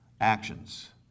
actions